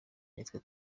nitwe